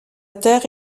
terre